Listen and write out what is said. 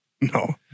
No